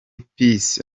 peace